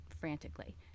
frantically